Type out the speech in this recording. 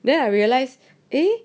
then I realise eh